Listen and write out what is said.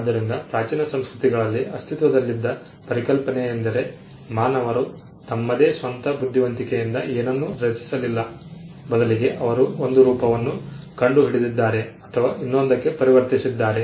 ಆದ್ದರಿಂದ ಪ್ರಾಚೀನ ಸಂಸ್ಕೃತಿಗಳಲ್ಲಿ ಅಸ್ತಿತ್ವದಲ್ಲಿದ್ದ ಪರಿಕಲ್ಪನೆಯೆಂದರೆ ಮಾನವರು ತಮ್ಮದೇ ಸ್ವಂತ ಬುದ್ಧಿವಂತಿಕೆಯಿಂದ ಏನನ್ನೂ ರಚಿಸಲಿಲ್ಲ ಬದಲಿಗೆ ಅವರು ಒಂದು ರೂಪವನ್ನು ಕಂಡುಹಿಡಿದಿದ್ದಾರೆ ಅಥವಾ ಇನ್ನೊಂದಕ್ಕೆ ಪರಿವರ್ತಿಸಿದ್ದಾರೆ